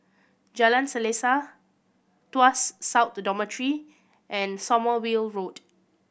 Jalan Selaseh Tuas South Dormitory and Sommerville Road